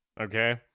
Okay